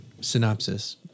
synopsis